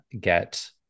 get